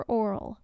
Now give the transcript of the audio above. oral